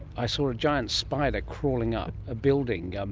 i saw a giant spider crawling up a building. um